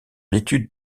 l’étude